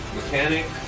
mechanic